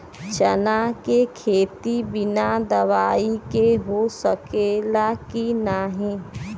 चना के खेती बिना दवाई के हो सकेला की नाही?